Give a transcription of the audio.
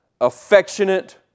affectionate